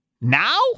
Now